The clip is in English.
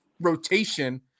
rotation